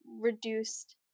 reduced